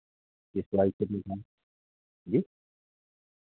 किस्त वाइज चलेगी जी